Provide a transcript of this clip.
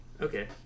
Okay